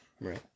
Right